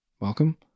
welcome